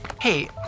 Hey